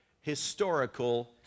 historical